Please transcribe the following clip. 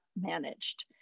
managed